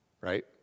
right